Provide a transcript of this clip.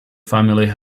family